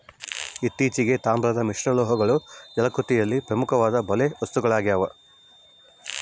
ಇತ್ತೀಚೆಗೆ, ತಾಮ್ರದ ಮಿಶ್ರಲೋಹಗಳು ಜಲಕೃಷಿಯಲ್ಲಿ ಪ್ರಮುಖವಾದ ಬಲೆ ವಸ್ತುಗಳಾಗ್ಯವ